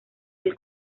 del